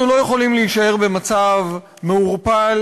אנחנו לא יכולים להישאר במצב מעורפל,